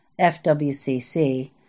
FWCC